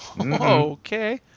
Okay